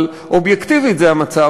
אבל אובייקטיבית זה המצב,